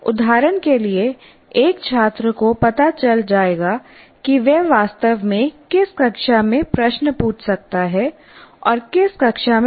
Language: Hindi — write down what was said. उदाहरण के लिए एक छात्र को पता चल जाएगा कि वह वास्तव में किस कक्षा में प्रश्न पूछ सकता है और किस कक्षा में नहीं